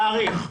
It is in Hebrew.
תאריך?